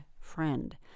friend